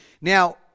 Now